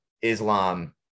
Islam